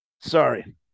sorry